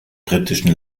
britischen